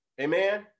Amen